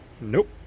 Nope